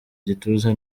gituza